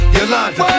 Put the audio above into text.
Yolanda